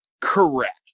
Correct